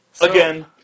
Again